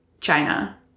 China